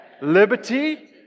liberty